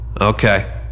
okay